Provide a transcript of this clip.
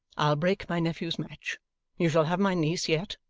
i'll break my nephew's match you shall have my niece yet,